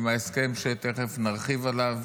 עם ההסכם שתכף נרחיב עליו.